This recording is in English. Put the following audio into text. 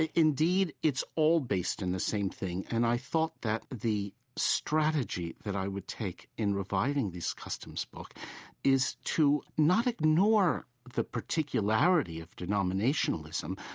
indeed, it's all based in the same thing. and i thought that the strategy that i would take in reviving this customs book is to not ignore the particularity of denominationalism,